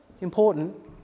important